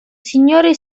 signore